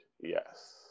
yes